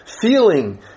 feeling